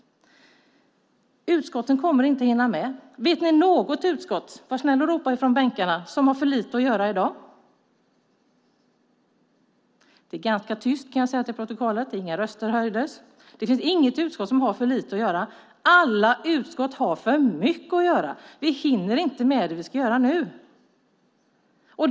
Utskotten kommer inte att hinna med. Finns det något utskott som har för lite att göra i dag? Var snäll och ropa från bänkarna. För protokollet kan jag säga att det inte var några röster som höjdes. Det finns inget utskott som har för lite att göra. Alla utskott har för mycket att göra. Vi hinner inte med det vi ska göra nu.